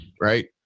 right